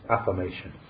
affirmation